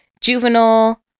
juvenile